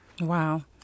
Wow